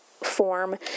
Form